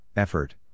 effort